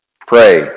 pray